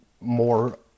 more